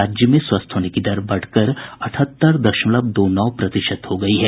राज्य में स्वस्थ होने की दर बढ़कर अठहत्तर दशमलव दो नौ प्रतिशत हो गयी है